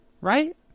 right